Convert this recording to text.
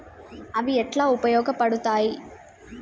అవి ఎట్లా ఉపయోగ పడతాయి?